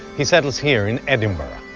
he settles here, in edinburgh,